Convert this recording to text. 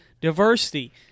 Diversity